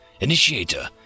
Initiator